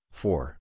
four